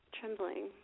Trembling